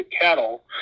cattle